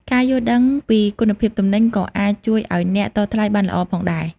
ការយល់ដឹងពីគុណភាពទំនិញក៏អាចជួយឱ្យអ្នកតថ្លៃបានល្អផងដែរ។